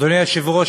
אדוני היושב-ראש,